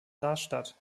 rastatt